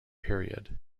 period